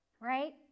right